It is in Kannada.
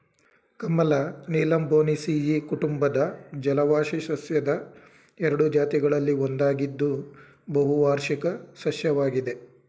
ಕಮಲ ನೀಲಂಬೊನೇಸಿಯಿ ಕುಟುಂಬದ ಜಲವಾಸಿ ಸಸ್ಯದ ಎರಡು ಜಾತಿಗಳಲ್ಲಿ ಒಂದಾಗಿದ್ದು ಬಹುವಾರ್ಷಿಕ ಸಸ್ಯವಾಗಿದೆ